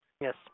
Yes